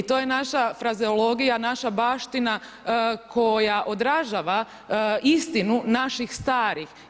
I to je naša frazeologija, naša baština koja odražava istinu naših starih.